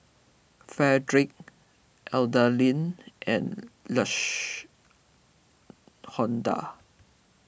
Fredrick Adalyn and Lash onda